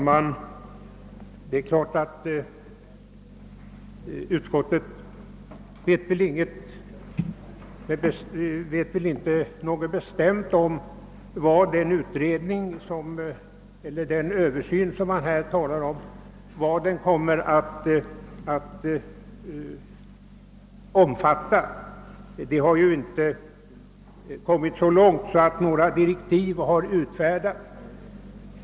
Herr talman! Utskottet vet naturligtvis inget bestämt om vad denna översyn kommer att omfatta; några direktiv har ännu inte utfärdats.